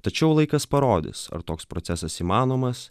tačiau laikas parodys ar toks procesas įmanomas